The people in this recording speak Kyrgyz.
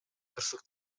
кырсык